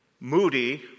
Moody